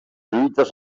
lluites